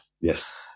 yes